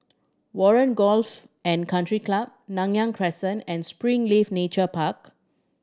Warren Golfs and Country Club Nanyang Crescent and Springleaf Nature Park